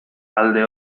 alde